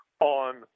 on